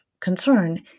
concern